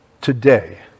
today